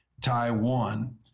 Taiwan